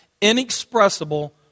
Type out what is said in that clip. inexpressible